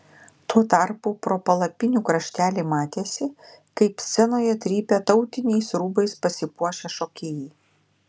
tuo tarpu pro palapinių kraštelį matėsi kaip scenoje trypia tautiniais rūbais pasipuošę šokėjai